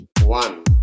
one